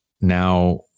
now